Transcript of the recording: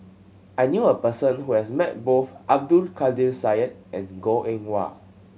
I knew a person who has met both Abdul Kadir Syed and Goh Eng Wah